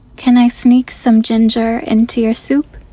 can i sneak some ginger into your soup?